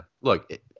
Look